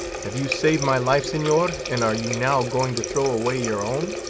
have you saved my life, senor, and are you now going to throw away your own?